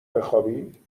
بخوابی